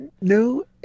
no